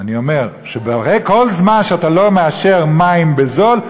אני אומר: כל זמן שאתה לא מאשר מים בזול,